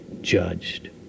judged